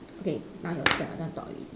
okay now your turn I don't want talk already